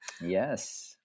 Yes